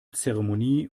zeremonie